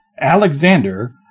Alexander